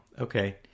Okay